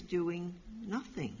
doing nothing